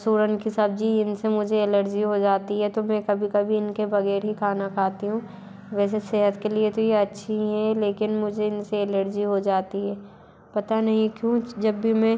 सूरन की सब्ज़ी इन से मुझे एलर्जी हो जाती है तो मैं कभी कभी इन के बग़ैर ही खाना खाती हूँ वैसे सेहत के लिए तो ये अच्छी हैं लेकिन मुझे इन से एलर्जी हो जाती है पता नहीं क्यों जब भी मैं